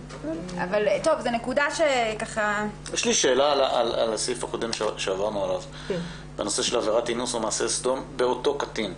יש לי שאלה על הסעיף הקודם בנושא עבירת אינוס או מעשה סדום באותו קטין.